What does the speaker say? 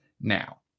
now